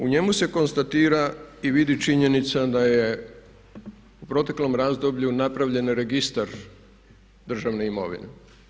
U njemu se konstatira i vidi činjenica da je u proteklom razdoblju napravljen registar državne imovine.